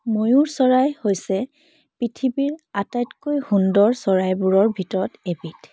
ময়ুৰ চৰাই হৈছে পৃথিৱীৰ আটাইতকৈ সুন্দৰ চৰাইবোৰৰ ভিতৰত এবিধ